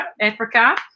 Africa